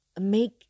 make